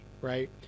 right